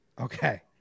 Okay